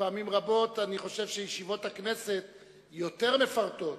פעמים רבות אני חושב שישיבות הכנסת יותר מפורטות